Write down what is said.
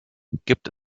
gibt